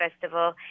Festival